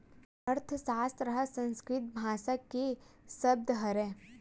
अर्थसास्त्र ह संस्कृत भासा के सब्द हरय